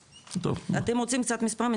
אתם רוצים קצת מספרים?